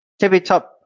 tippytop